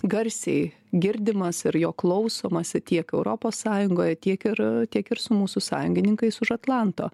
garsiai girdimas ir jo klausomasi tiek europos sąjungoje tiek ir tiek ir su mūsų sąjungininkais už atlanto